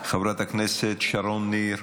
חברת הכנסת שרון ניר,